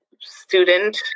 student